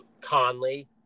Conley